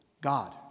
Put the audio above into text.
God